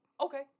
Okay